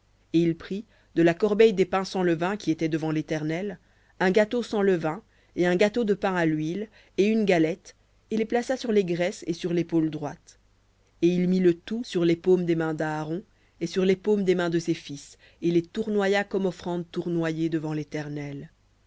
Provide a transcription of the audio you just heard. et il prit de la corbeille des pains sans levain qui était devant l'éternel un gâteau sans levain et un gâteau de pain à l'huile et une galette et les plaça sur les graisses et sur l'épaule droite et il mit le tout sur les paumes des mains d'aaron et sur les paumes des mains de ses fils et les tournoya comme offrande tournoyée devant l'éternel